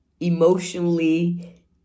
emotionally